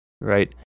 right